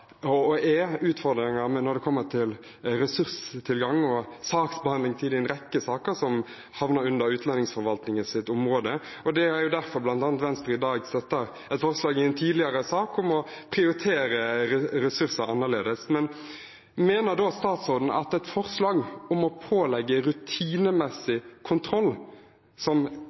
når det kommer til ressurstilgang og saksbehandlingstid i en rekke saker som havner under utlendingsforvaltningens område. Det er bl.a. derfor Venstre i dag støtter et forslag i en tidligere sak, om å prioritere ressurser annerledes. Men mener statsråden at et forslag om å pålegge rutinemessig kontroll, som